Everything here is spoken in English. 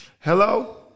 Hello